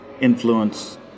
influence